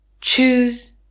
choose